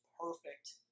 perfect